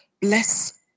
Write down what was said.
bless